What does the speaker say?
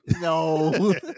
No